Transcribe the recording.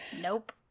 nope